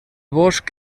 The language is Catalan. bosc